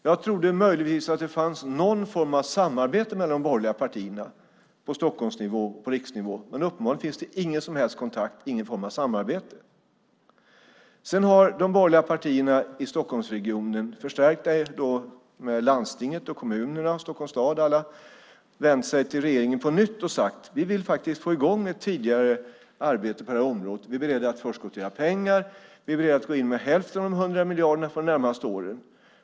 Jag trodde att det möjligtvis fanns någon form av samarbete mellan de borgerliga partierna på Stockholmsnivå och på riksnivå, men uppenbarligen finns det ingen som helst kontakt, ingen form av samarbete. De borgerliga i Stockholmsregionen, förstärkta med landstinget, kommunerna och Stockholms stad, kunde på nytt ha vänt sig till regeringen och sagt: Vi vill faktiskt få i gång ett tidigare arbete på det här området. Vi är beredda att förskottera pengar. Vi är beredda att gå in med hälften av de 100 miljarderna de närmaste åren.